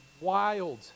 wild